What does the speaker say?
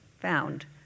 found